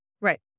Right